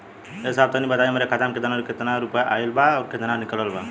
ए साहब तनि बताई हमरे खाता मे कितना केतना रुपया आईल बा अउर कितना निकलल बा?